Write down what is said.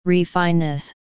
Refineness